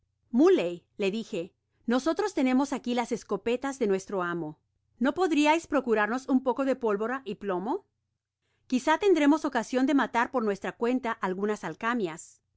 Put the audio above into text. muley le dije nosotros tenemos aquí las escopetas de nuestro amo no podriais procuraros un poco de pólvora y plomo quizá tendremos ocasion de matar por nuestra cuenta algunas alcamias